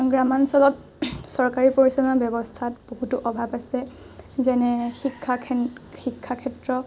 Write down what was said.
গ্ৰামাঞ্চলত চৰকাৰী পৰিচালনা ব্যৱস্থাত বহুতো অভাৱ আছে যেনে শিক্ষা শিক্ষা ক্ষেত্ৰ